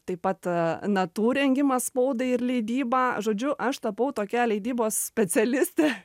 taip pat natų rengimas spaudai ir leidyba žodžiu aš tapau tokia leidybos specialistė